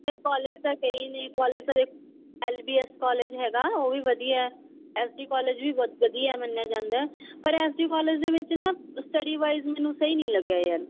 ਯਾਰ ਕਾਲਜ ਤਾਂ ਕਈ ਨੇ ਕਾਲਜ ਤਾ ਦੇਖ ਐਲ ਬੀ ਐਸ ਕਾਲਜ ਹੈਗਾ ਉਹ ਵੀ ਵਧੀਆ ਐਸ ਡੀ ਕਾਲਜ ਵੀ ਬਹੁਤ ਵਧੀਆ ਮੰਨਿਆ ਜਾਂਦਾ ਪਰ ਐਸ ਡੀ ਕਾਲਜ ਦੇ ਵਿੱਚ ਨਾ ਸਟੱਡੀ ਵਾਈਜ਼ ਮੈਨੂੰ ਸਹੀ ਨਹੀਂ ਲੱਗਿਆ ਯਾਰ